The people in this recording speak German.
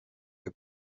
wir